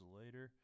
later